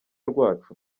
rwacu